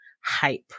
hype